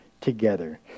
together